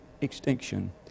extinction